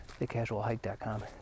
thecasualhike.com